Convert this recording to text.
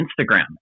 Instagram